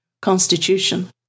constitution